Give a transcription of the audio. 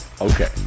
Okay